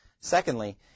Secondly